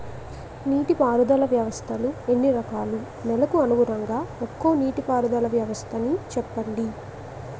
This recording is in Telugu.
నీటి పారుదల వ్యవస్థలు ఎన్ని రకాలు? నెలకు అనుగుణంగా ఒక్కో నీటిపారుదల వ్వస్థ నీ చెప్పండి?